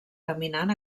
caminant